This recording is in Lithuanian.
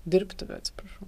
dirbtuvių atsiprašau